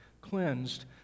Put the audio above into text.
cleansed